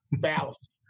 fallacy